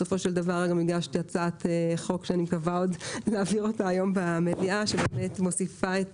בסופו של דבר הגשתי הצעת חוק שאני מקווה להעבירה היום במליאה שמוסיפה את